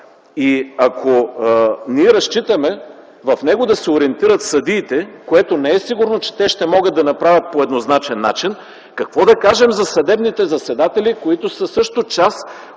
Ако ние разчитаме съдиите да се ориентират в него, което не е сигурно, че ще могат да направят по еднозначен начин, какво да кажем за съдебните заседатели, които са също част